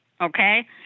Okay